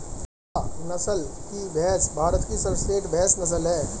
मुर्रा नस्ल की भैंस भारत की सर्वश्रेष्ठ भैंस नस्ल है